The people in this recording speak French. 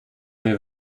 m’est